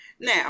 Now